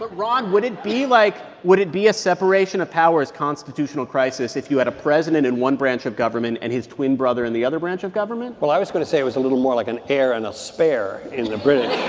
but ron, would it be, like would it be a separation-of-powers constitutional crisis if you had a president in one branch of government and his twin brother in the other branch of government? well, i was going to say it was a little more like an heir and a spare in the british.